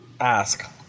Ask